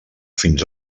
fins